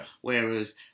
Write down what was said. Whereas